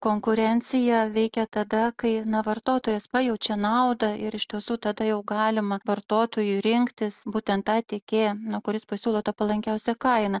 konkurencija veikia tada kai na vartotojas pajaučia naudą ir iš tiesų tada jau galima vartotojui rinktis būtent tą tiekėją nu kuris pasiūlo tą palankiausią kainą